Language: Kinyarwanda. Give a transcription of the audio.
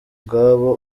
ubwabo